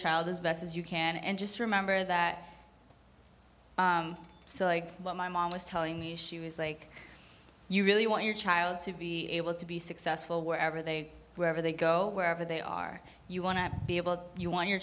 child as best as you can and just remember that so like when my mom was telling me she was like you really want your child to be able to be successful wherever they wherever they go wherever they are you want to be able you want your